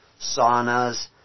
saunas